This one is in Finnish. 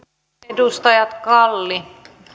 edustajat kalli